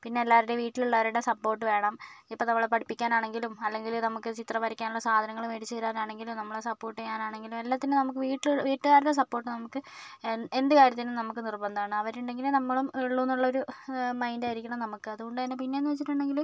പിന്നെല്ലാരുടേയും വീട്ടില് എല്ലാവരുടേയും സപ്പോർട്ട് വേണം ഇപ്പം നമ്മളെ പഠിപ്പിക്കാനാണെങ്കിലും അല്ലങ്കിലും നമുക്ക് ചിത്രം വരക്കാനുള്ള സാധനങ്ങള് മേടിച്ച് തരനാണെങ്കിലും നമ്മളെ സപ്പോർട്ട് ചെയ്യാനാണെങ്കിലും എല്ലാത്തിനും നമുക്ക് വീട്ടിലൊ വീട്ടുകാരുടെ സപ്പോർട്ട് നമുക്ക് എന്ത് കാര്യത്തിനും നമുക്ക് നിർബന്ധമാണ് അവരുണ്ടെങ്കിലെ നമ്മളും ഉള്ളൂ എന്നുള്ളൊരു മൈൻഡായിരിക്കണം നമുക്ക് അതുകൊണ്ട് തന്നെ പിന്നേന്ന് വച്ചിട്ടുണ്ടെങ്കില്